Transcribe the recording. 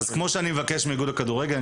כמו שביקשתי מאיגוד הכדורגל,